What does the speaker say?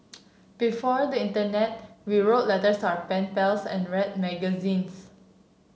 before the internet we wrote letters our pen pals and read magazines